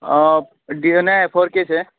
audio नहि फोरके छै